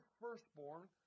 firstborn